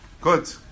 Good